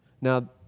Now